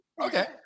Okay